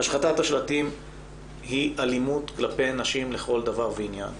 השחתת השלטים היא אלימות כלפי נשים לכל דבר ועניין.